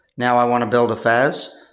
now i want to build a faas.